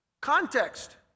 context